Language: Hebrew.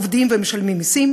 עובדים ומשלמים מסים,